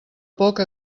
poc